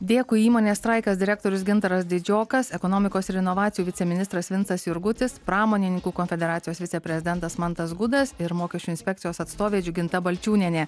dėkui įmonės straikas direktorius gintaras didžiokas ekonomikos ir inovacijų viceministras vincas jurgutis pramonininkų konfederacijos viceprezidentas mantas gudas ir mokesčių inspekcijos atstovė džiuginta balčiūnienė